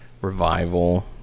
Revival